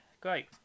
great